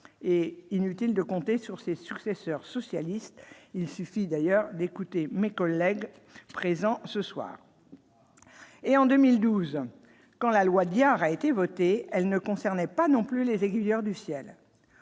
et inutile de compter sur ses successeurs socialistes, il suffit d'ailleurs d'écouter mes collègues présents ce soir et en 2012 quand la loi Diard a été votée, elle ne concernait pas non plus les aiguilleurs du ciel,